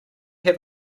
have